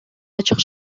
ачык